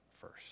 first